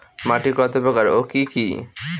মাটি কতপ্রকার ও কি কী?